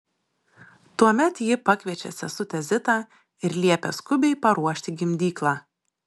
tuomet ji pakviečia sesutę zitą ir liepia skubiai paruošti gimdyklą